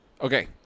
okay